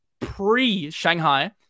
pre-Shanghai